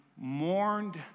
mourned